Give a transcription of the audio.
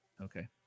Okay